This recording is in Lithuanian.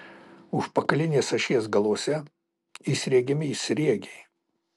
užpakalinės ašies galuose įsriegiami sriegiai